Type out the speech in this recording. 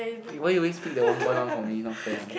eh why you always pick the one point one for me not fair one